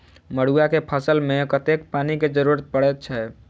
मड़ुआ केँ फसल मे कतेक पानि केँ जरूरत परै छैय?